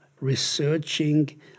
researching